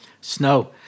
snow